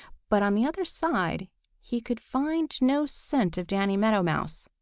but on the other side he could find no scent of danny meadow mouse.